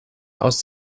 aus